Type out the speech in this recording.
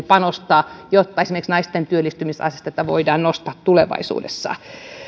panostaa jotta esimerkiksi naisten työllistymisastetta voidaan nostaa tulevaisuudessa